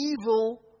evil